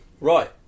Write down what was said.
right